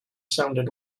sounded